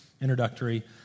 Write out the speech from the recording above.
introductory